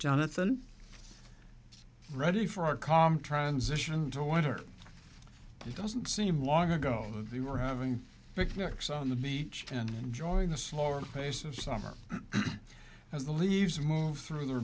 jonathan ready for our calm transition to wonder it doesn't seem long ago we were having picnics on the beach and enjoying the slower pace of summer as the leaves move through the